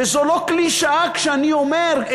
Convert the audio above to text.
וזו לא קלישאה כשאני אומר,